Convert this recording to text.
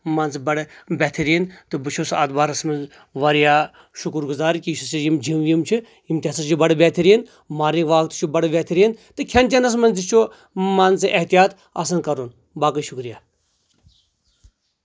مان ژٕ بڑٕ بہتٔریٖن تہٕ بہٕ چھُس اتھ بارس منٛز واریاہ شُکُر گزار کہِ یُس ہسا یِم جِم وِم چھِ یِم تہِ ہسا چھِ بڑٕ بہتٔریٖن مارنگ واک تہِ چھُ بڑٕ بہتٔریٖن تہٕ کھٮ۪ن چٮ۪نس منٛز تہِ چھُ منٛزٕ احتِیاط آسان کرُن باقٕے شُکریہ